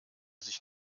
sich